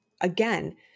again